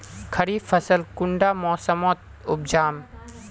खरीफ फसल कुंडा मोसमोत उपजाम?